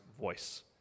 voice